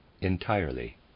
entirely